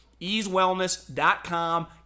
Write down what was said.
Easewellness.com